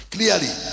Clearly